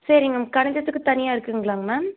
சரிங்க மேம் கணிதத்துக்கு தனியாக இருக்குதுங்களாங்க மேம்